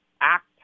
act